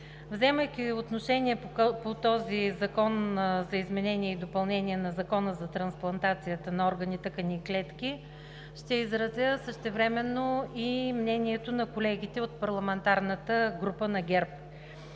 Вземайки отношение по този закон за изменение и допълнение на Закона за трансплантацията на органи, тъкани и клетки, ще изразя същевременно и мнението на колегите от парламентарната група на ГЕРБ.